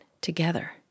together